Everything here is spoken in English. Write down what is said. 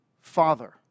Father